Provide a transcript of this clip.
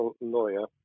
lawyer